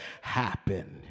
happen